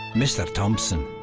mr. thompson.